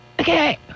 Okay